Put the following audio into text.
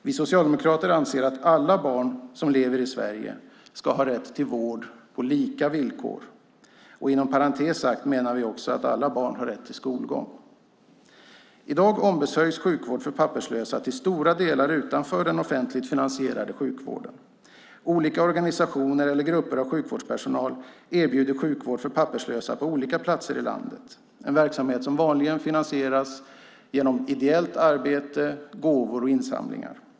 Vi socialdemokrater anser att alla barn som lever i Sverige ska ha rätt till vård på lika villkor. Inom parentes sagt menar vi också att alla barn har rätt till skolgång. I dag ombesörjs sjukvård för papperslösa till stor del utanför den offentligt finansierade sjukvården. Olika organisationer eller grupper av sjukvårdspersonal erbjuder sjukvård för papperslösa på olika platser i landet. Det är en verksamhet som vanligtvis finansieras genom ideellt arbete, gåvor och insamlingar.